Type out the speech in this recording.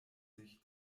sich